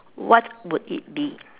what would it be